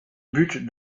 but